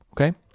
okay